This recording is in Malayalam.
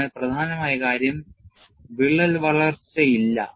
അതിനാൽ പ്രധാനമായ കാര്യം വിള്ളൽ വളർച്ചയില്ല